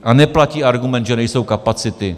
A neplatí argument, že nejsou kapacity.